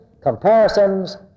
comparisons